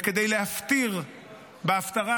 וכדי להפטיר בהפטרה,